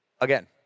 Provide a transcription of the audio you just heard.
Again